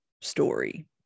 story